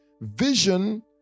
Vision